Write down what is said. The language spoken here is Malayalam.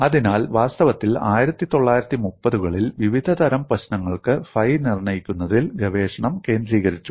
അതിനാൽ വാസ്തവത്തിൽ 1930 കളിൽ വിവിധതരം പ്രശ്നങ്ങൾക്ക് ഫൈ നിർണ്ണയിക്കുന്നതിൽ ഗവേഷണം കേന്ദ്രീകരിച്ചു